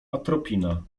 atropina